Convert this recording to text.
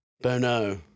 Bono